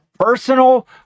Personal